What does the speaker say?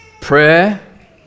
Prayer